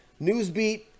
Newsbeat